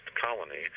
colony